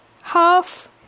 half